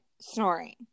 snoring